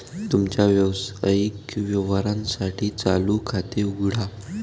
तुमच्या व्यावसायिक व्यवहारांसाठी चालू खाते उघडा